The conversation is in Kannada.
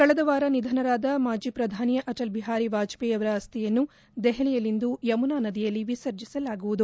ಕಳೆದ ವಾರ ನಿಧನರಾದ ಮಾಜಿ ಪ್ರಧಾನಿ ಅಟಲ್ ಬಿಹಾರಿ ವಾಜಪೇಯಿ ಅವರ ಅಸ್ಡಿಯನ್ನು ದೆಹಲಿಯಲ್ಲಿಂದು ಯಮುನಾ ನದಿಯಲ್ಲಿ ವಿಸರ್ಜಿಸಲಾಗುವುದು